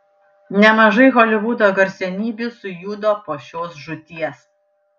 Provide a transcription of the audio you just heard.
nemažai holivudo garsenybių sujudo po šios žūties